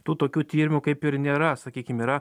tų tokių tyrimų kaip ir nėra sakykim yra